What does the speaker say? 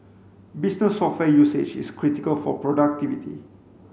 business software usage is critical for productivity